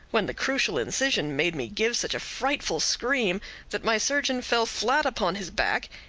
when the crucial incision made me give such a frightful scream that my surgeon fell flat upon his back,